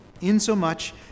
insomuch